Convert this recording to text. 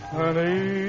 honey